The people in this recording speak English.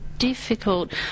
difficult